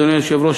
אדוני היושב-ראש,